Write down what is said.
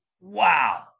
wow